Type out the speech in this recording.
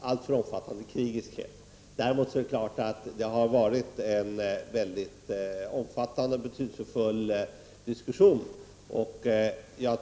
alltför omfattande krigiskhet. Men det har å andra sidan varit en mycket omfattande och betydelsefull diskussion.